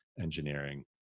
engineering